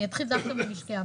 ואתחיל דווקא במשקי הבית.